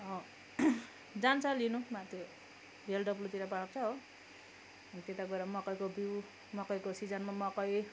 जान्छ लिन माथि हेल डब्ल्युतिर बाँड्छ हो अनि त्यति गएर मकैको बिउ मकैको सिजनमा मकै